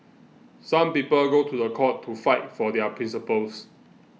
some people go to court to fight for their principles